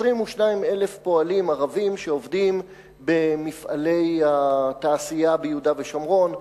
22,000 פועלים ערבים שעובדים במפעלי התעשייה ביהודה ושומרון,